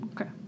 Okay